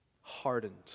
hardened